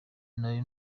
nari